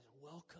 welcome